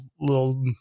little